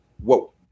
whoa